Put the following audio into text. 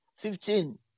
Fifteen